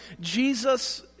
Jesus